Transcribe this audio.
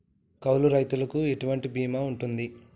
కౌలు రైతులకు ఎటువంటి బీమా ఉంటది?